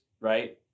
right